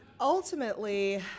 ultimately